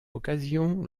occasion